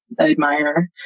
admire